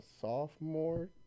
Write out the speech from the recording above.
sophomore